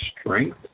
strength